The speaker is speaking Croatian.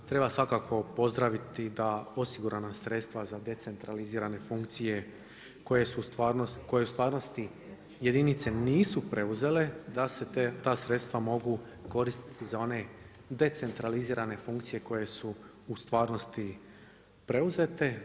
Treba svakako pozdraviti da osigurana sredstva za decentralizirane funkcije koje u stvarnosti jedinice nisu preuzele, da se ta sredstva mogu koristiti za one decentralizirane funkcije koje su u stvarnosti preuzete.